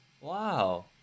Wow